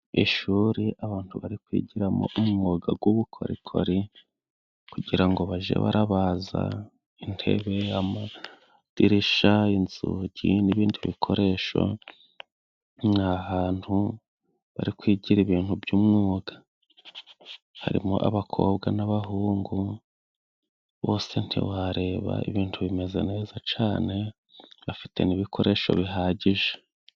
Ishuri abantu bari kwigiramo umwuga g'ubukorikori kugira ngo baje barabaza: intebe, amadirisha, inzugi n'ibindi bikoresho. Ni ahantu bari kwigira ibintu by'umwuga, harimo abakobwa n'abahungu bose ntiwareba, ibintu bimeze neza cane, bafite n'ibikoresho bihagije.